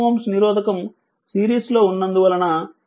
2 Ω నిరోధకం సిరీస్లో ఉన్నందువలన 0